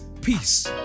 peace